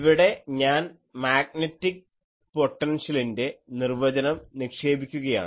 ഇവിടെ ഞാൻ മാഗ്നെറ്റിക് പൊട്ടൻഷ്യലിൻ്റെ നിർവചനം നിക്ഷേപിക്കുകയാണ്